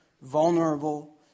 vulnerable